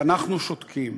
ואנחנו שותקים.